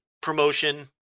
promotion